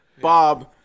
Bob